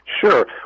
Sure